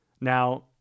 Now